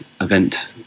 event